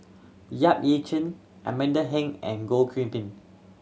Yap Ee Chian Amanda Heng and Goh Kiu Bin